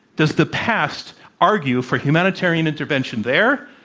does the past argue for humanitarian intervention there,